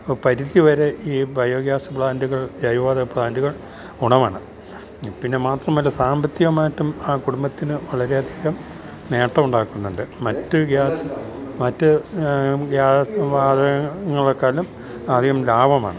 പരിധി വരെ ഈ ബയോഗ്യാസ് പ്ലാൻറ്റുകൾ ജൈവ വാതക പ്ലാൻറ്റുകൾ ഗുണമാണ് പിന്നെ മാത്രമല്ല സാമ്പത്തികമായിട്ടും ആ കുടുംബത്തിന് വളരെയധികം നേട്ടമുണ്ടാക്കുന്നുണ്ട് മറ്റ് ഗ്യാസ് മറ്റ് ഗ്യാസ് വാതകങ്ങളെക്കാളും അധികം ലാഭമാണ്